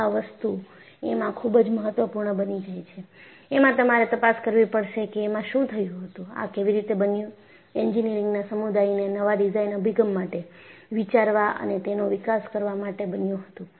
આ વસ્તુ એમાં ખૂબ જ મહત્વપૂર્ણ બની જાય છે એમાં તમારે તપાસ કરવી પડશે કે એમાં શું થયું હતું આ કેવી રીતે બન્યું એન્જિનિયરિંગના સમુદાયને નવા ડિઝાઇન અભિગમ માટે વિચારવા અને તેનો વિકાસ કરવા માટે બન્યું હતું